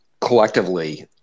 collectively